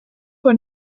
von